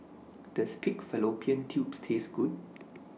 Does Pig Fallopian Tubes Taste Good